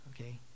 Okay